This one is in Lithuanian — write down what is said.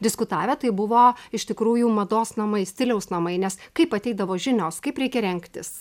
diskutavę tai buvo iš tikrųjų mados namai stiliaus namai nes kaip ateidavo žinios kaip reikia rengtis